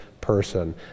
person